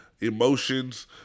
emotions